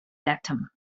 datum